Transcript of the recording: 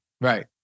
right